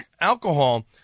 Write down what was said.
alcohol